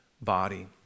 body